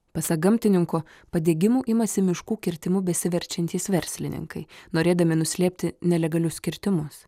pasak gamtininko padegimų imasi miškų kirtimų besiverčiantys verslininkai norėdami nuslėpti nelegalius kirtimus